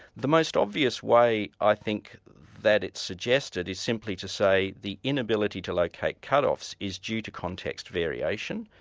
the most obvious way i think that it's suggested is simply to say the inability to locate cut offs is due to context variation.